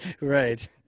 Right